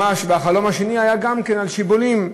והחלום השני היה גם כן, על שיבולים: